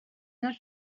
not